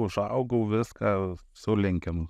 užaugau viską sulenkiam